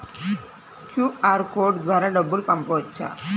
QR code ద్వారా డబ్బులు పంపవచ్చా?